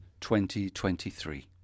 2023